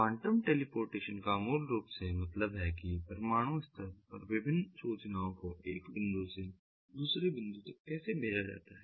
quantum teleportation का मूल रूप से मतलब है कि परमाणु स्तर पर विभिन्न सूचनाओं को एक बिंदु से दूसरे बिंदु पर कैसे भेजा जाता है